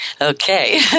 Okay